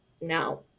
no